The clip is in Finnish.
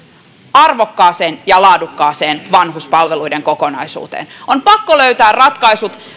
arvokkaaseen ja laadukkaaseen vanhuspalveluiden kokonaisuuteen on pakko löytää ratkaisut